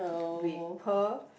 with pearl